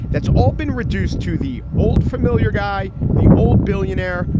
that's all been reduced to the old familiar guy, the old billionaire,